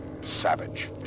Savage